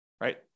right